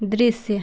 दृश्य